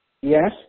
Yes